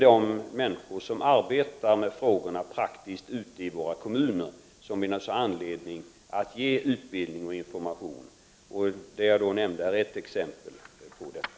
Det är de människor som arbetar praktiskt med frågorna ute i våra kommuner som vi naturligtvis har anledning att ge utbildning och information. Det jag nämnde var ett exempel på detta.